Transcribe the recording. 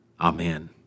Amen